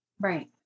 Right